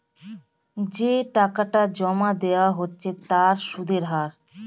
যে টাকাটা জমা দেওয়া হচ্ছে তার সুদের হার